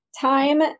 time